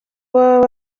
baba